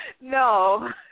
No